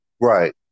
Right